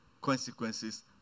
consequences